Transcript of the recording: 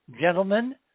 gentlemen